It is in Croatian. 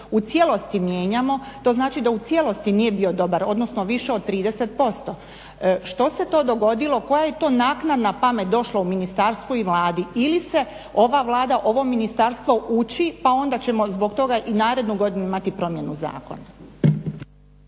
u cijelosti mijenjamo, to znači da u cijelosti nije bio dobar, odnosno više od 30%. Što se to dogodilo, koja je to naknadna pamet došla u ministarstvu i Vladi ili se ova Vlada, ovo ministarstvo uči, pa onda ćemo zbog toga i narednu godinu imati promjenu zakona.